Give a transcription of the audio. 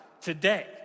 today